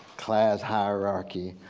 class hierarchy,